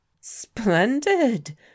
Splendid